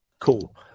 Cool